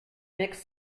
mixed